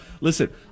Listen